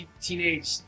Teenage